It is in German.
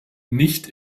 nicht